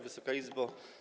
Wysoka Izbo!